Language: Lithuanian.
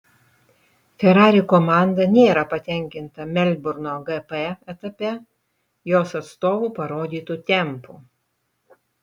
ferrari komanda nėra patenkinta melburno gp etape jos atstovų parodytu tempu